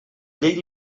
llei